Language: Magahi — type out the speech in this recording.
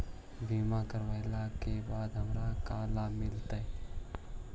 बीमा करवला के बाद हमरा का लाभ मिलतै?